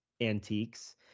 antiques